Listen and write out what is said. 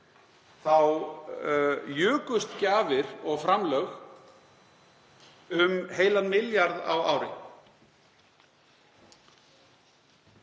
þá jukust gjafir og framlög um heilan milljarð á ári.